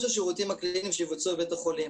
השירותים הקליניים שיבוצעו בבית החולים.